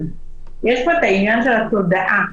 יש פה עניין של תודעה,